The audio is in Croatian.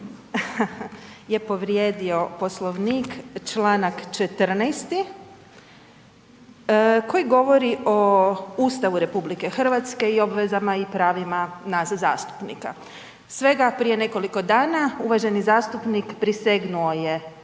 je povrijedio Poslovnik, čl. 14. koji govori o Ustavu RH i obvezama i pravima nas zastupnika. Svega prije nekoliko dana uvaženi zastupnik prisegnuo je